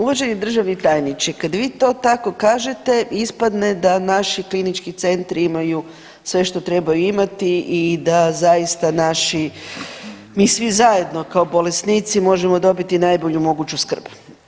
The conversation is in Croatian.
Uvaženi državni tajniče, kad vi to tako kažete ispadne da naši klinički centri imaju sve što trebaju imati i da zaista naši, mi svi zajedno kao bolesnici možemo dobiti najbolju moguću skrb.